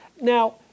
Now